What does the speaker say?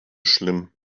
schlimm